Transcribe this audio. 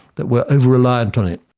that we are over-reliant on it.